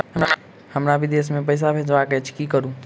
हमरा विदेश मे पैसा भेजबाक अछि की करू?